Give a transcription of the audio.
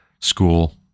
school